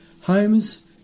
homes